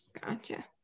Gotcha